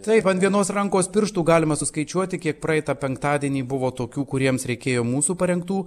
taip ant vienos rankos pirštų galima suskaičiuoti kiek praeitą penktadienį buvo tokių kuriems reikėjo mūsų parengtų